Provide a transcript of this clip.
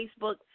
Facebook